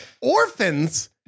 orphans